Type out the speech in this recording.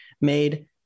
made